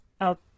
out